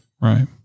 Right